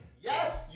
Yes